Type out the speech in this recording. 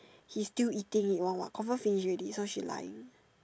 he still eating it one what confirm finish already so she lying